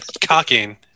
cocking